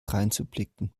dreinzublicken